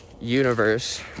universe